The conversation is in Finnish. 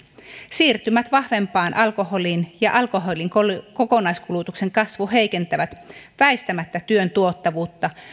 siirtymä vahvempaan alkoholiin sekä alkoholin kokonaiskulutuksen kasvu heikentävät väistämättä työn tuottavuutta